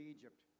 Egypt